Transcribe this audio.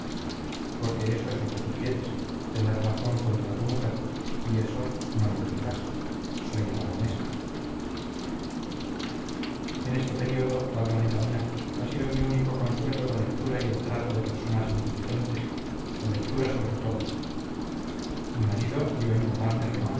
porque eso es lo que tú quieres tener razón contra tu mujer y eso no lo tendrás soy aragonesa en este período valvanera mía ha sido mi único consuelo la lectura y el trato de personas inteligentes la lectura sobre todo mi marido dio en llamarme